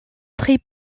très